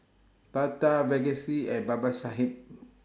Tata Verghese and Babasaheb